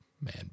man